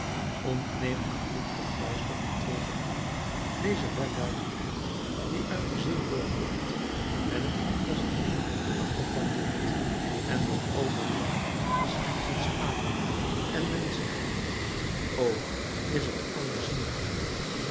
ontneem aan dit gefluister van twee gelieven deze welluidendheid die uit de ziel voortkomt en het als een lier accompagneert en wat overblijft is slechts een schaduw en men zegt o is t anders niet